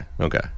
okay